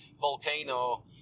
volcano